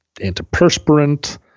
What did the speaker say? antiperspirant